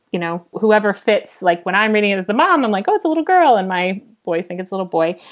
you know, whoever fits. like when i'm reading it as a mom, i'm like, ah it's a little girl and my boys think it's a little boy.